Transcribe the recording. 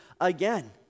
again